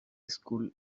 school